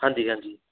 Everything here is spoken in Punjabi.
ਹਾਂਜੀ ਹਾਂਜੀ